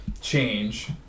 change